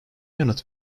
yanıt